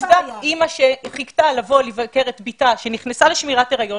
אימא שחיכתה לבוא לבקר את ביתה שנכנסה לשמירת הריון,